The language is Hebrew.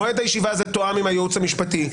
מועד הישיבה הזה תואם עם הייעוץ המשפטי.